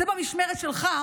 זה במשמרת שלך.